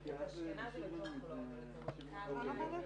12:34.